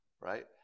right